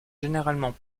généralement